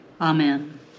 Amen